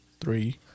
three